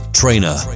trainer